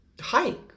hike